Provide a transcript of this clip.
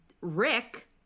Rick